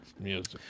music